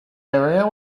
area